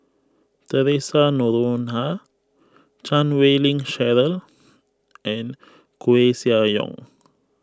theresa Noronha Chan Wei Ling Cheryl and Koeh Sia Yong